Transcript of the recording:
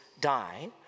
die